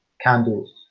candles